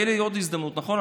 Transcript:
תהיה לי עוד הזדמנות, נכון?